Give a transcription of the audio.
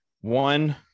One